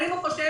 האם הוא חושב